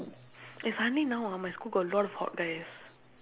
eh suddenly now ah my school got a lot of hot guys